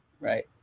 Right